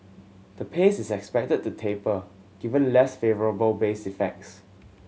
the pace is expected to taper given less favourable base effects